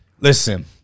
Listen